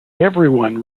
everyone